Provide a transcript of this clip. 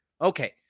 okay